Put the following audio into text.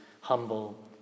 humble